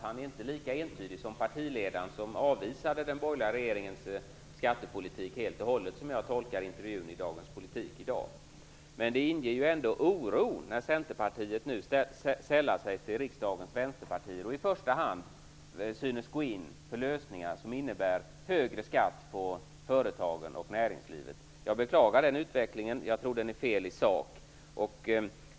Han är inte lika entydig som partiledaren, vilken, som jag tolkar intervjun i dagens nummer av Dagens Politik, helt och hållet avvisar den borgerliga regeringens skattepolitik. Men det inger ändå oro när Centerpartiet nu sällar sig till riksdagens vänsterpartier och i första hand synes gå in för lösningar som innebär högre skatt på företagen och näringslivet. Jag beklagar den utvecklingen, och jag tror att den är felaktig i sak.